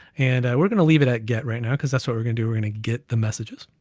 and we're gonna leave it at get right now, because that's what we're gonna do. we're gonna get the messages,